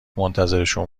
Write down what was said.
منتظرشون